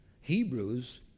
Hebrews